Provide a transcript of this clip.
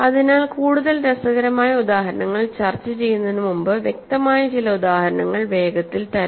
അതിനാൽ കൂടുതൽ രസകരമായ ഉദാഹരണങ്ങൾ ചർച്ച ചെയ്യുന്നതിന് മുമ്പ് വ്യക്തമായ ചില ഉദാഹരണങ്ങൾ വേഗത്തിൽ തരാം